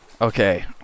Okay